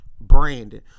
brandon